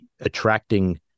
attracting